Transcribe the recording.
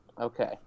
Okay